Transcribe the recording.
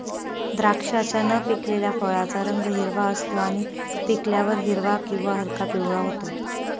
द्राक्षाच्या न पिकलेल्या फळाचा रंग हिरवा असतो आणि पिकल्यावर हिरवा किंवा हलका पिवळा होतो